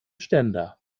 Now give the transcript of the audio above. ständer